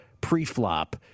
pre-flop